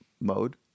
mode